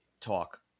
talk